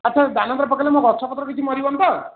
ଆଚ୍ଛା ଦାନାଦାର ପକେଇଲେ ମୋ ଗଛପତ୍ର କିଛି ମରିବନି ତ